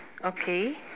okay